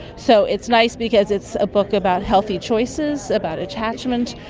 so it's nice because it's a book about healthy choices, about attachment.